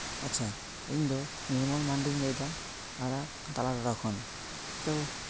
ᱟᱪᱪᱷᱟ ᱤᱧ ᱫᱚ ᱱᱤᱨᱢᱚᱞ ᱢᱟᱹᱱᱰᱤᱧ ᱞᱟᱹᱭᱫᱟ ᱚᱲᱟᱜ ᱛᱟᱞᱟᱰᱚᱰᱟ ᱠᱷᱚᱱ ᱛᱳ